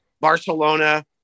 Barcelona